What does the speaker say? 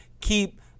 keep